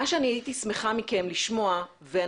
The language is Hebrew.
זה